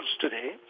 today